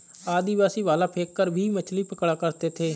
आदिवासी भाला फैंक कर भी मछली पकड़ा करते थे